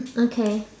okay